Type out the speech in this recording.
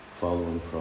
following